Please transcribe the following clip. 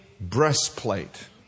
breastplate